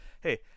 hey